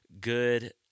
good